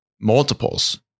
multiples